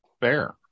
Fair